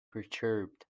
perturbed